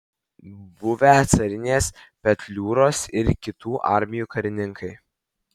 buvę carinės petliūros ir kitų armijų karininkai